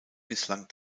bislang